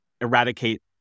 eradicate